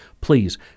Please